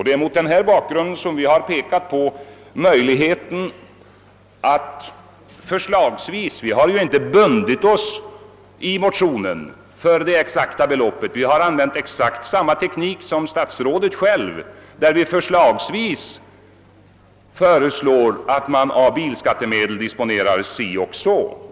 Det är mot den här bakgrunden som vi i vår motion inte har bundit oss för det exakta belopp, som skall tas av bilskattemedel. Vi använder exakt samma teknik som statsrådet själv och föreslår att man av bilskattemedel disponerar si och så mycket.